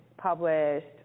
published